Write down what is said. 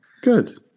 good